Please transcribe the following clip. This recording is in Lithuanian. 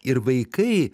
ir vaikai